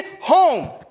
home